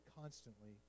constantly